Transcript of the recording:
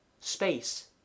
Space